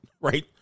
right